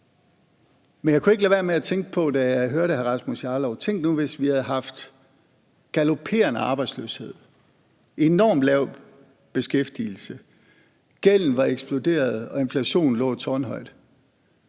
Men jeg kunne ikke lade være med at tænke på, da jeg hørte hr. Rasmus Jarlov: Tænk nu, hvis vi havde haft galopperende arbejdsløshed, enormt lav beskæftigelse, hvis gælden var eksploderet og inflationen lå tårnhøjt